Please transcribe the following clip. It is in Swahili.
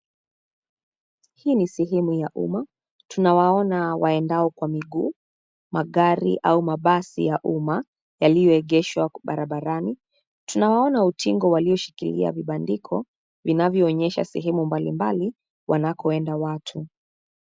Hii ni sehemu ya umma. Tunawaona waendao kwa miguu, magari au mabasi ya umma yaliyoegeshwa barabarani. Tunawaona utingo walioshikilia vibandiko vinavyoonyesha sehemu mbalimbali wanakoenda watu.